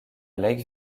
lake